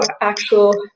actual